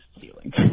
ceiling